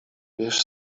wiesz